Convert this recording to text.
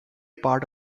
part